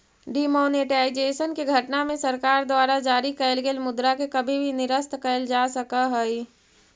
demonetisation के घटना में सरकार द्वारा जारी कैल गेल मुद्रा के कभी भी निरस्त कैल जा सकऽ हई